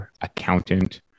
accountant